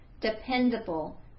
dependable